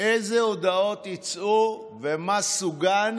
איזה הודעות יצאו ומה סוגן,